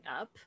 up